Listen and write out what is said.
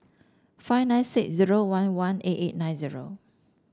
five nine six zero one one eight eight nine zero